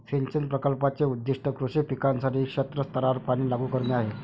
सिंचन प्रकल्पाचे उद्दीष्ट कृषी पिकांसाठी क्षेत्र स्तरावर पाणी लागू करणे आहे